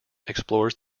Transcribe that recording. explores